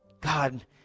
God